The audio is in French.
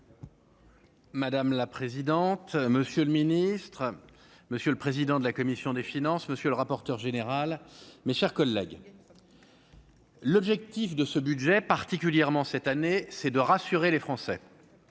Madame la présidente, monsieur le ministre, monsieur le président de la commission des finances, monsieur le rapporteur général, mes chers collègues, l'objectif de ce budget, particulièrement cette année, c'est de rassurer les Français,